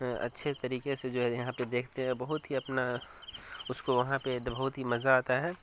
اچھے طریقے سے جو ہے یہاں پہ دیکھتے ہیں بہت ہی اپنا اس کو وہاں پہ بہت ہی مزہ آتا ہے